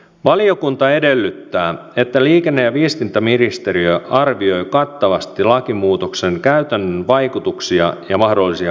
valiokunta edellyttää että liikenne ja viestintäministeriö arvioi kattavasti lakimuutoksen käytännön vaikutuksia ja mahdollisia muutostarpeita